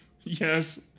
Yes